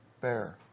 bear